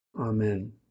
Amen